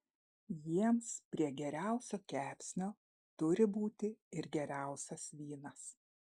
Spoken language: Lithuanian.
jiems prie geriausio kepsnio turi būti ir geriausias vynas